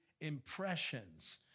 impressions